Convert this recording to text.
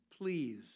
please